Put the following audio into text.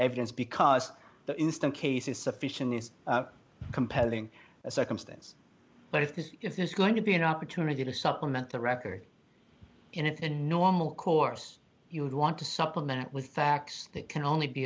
evidence because the instant case is sufficient is compelling a circumstance but if this is going to be an opportunity to supplement the record in a normal course you would want to supplement it with facts that can only be